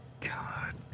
God